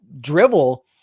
drivel